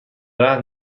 رهن